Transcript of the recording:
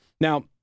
Now